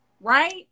right